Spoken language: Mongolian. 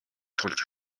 тулж